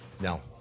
No